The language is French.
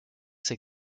ses